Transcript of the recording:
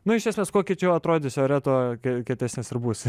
nu iš esmės kuo kiečiau atrodysi ore tuo kie kietesnis ir būsi